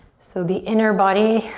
so the inner body,